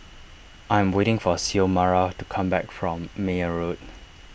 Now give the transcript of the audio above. I am waiting for Xiomara to come back from Meyer Road